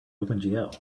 opengl